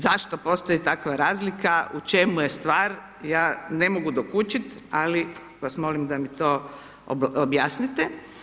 Zašto postoji takva razlika, u čemu je stvar, ja ne mogu dokučiti, ali vas molim da mi to objasnite.